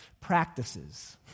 practices